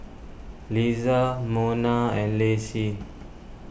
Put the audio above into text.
Liza Monna and Lacey